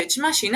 שאת שמה שינה